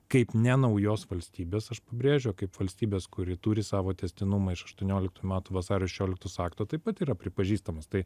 kaip ne naujos valstybės aš pabrėžiu kaip valstybės kuri turi savo tęstinumą iš aštuonioliktų metų vasario šešioliktosios akto taip pat yra pripažįstamas tai